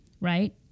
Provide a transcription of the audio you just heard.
right